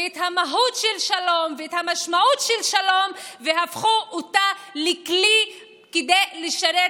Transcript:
את המהות של שלום ואת המשמעות של שלום לכלי כדי לשרת